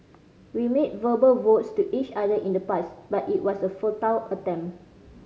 we made verbal vows to each other in the past but it was a futile attempt